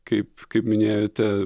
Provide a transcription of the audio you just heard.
kaip kaip minėjote